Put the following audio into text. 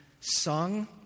sung